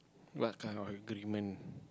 what kind of agreement